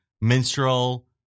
minstrel